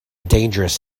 dangerous